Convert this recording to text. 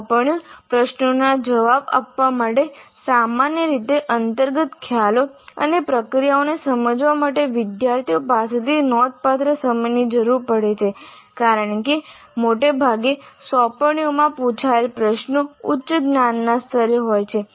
સોંપણી પ્રશ્નોના જવાબ આપવા માટે સામાન્ય રીતે અંતર્ગત ખ્યાલો અને પ્રક્રિયાઓને સમજવા માટે વિદ્યાર્થીઓ પાસેથી નોંધપાત્ર સમયની જરૂર પડે છે કારણ કે મોટાભાગે સોંપણીઓમાં પૂછાયેલા પ્રશ્નો ઉચ્ચ જ્ઞાનના સ્તરે હોય છે